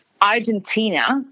Argentina